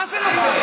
מה זה נוכל?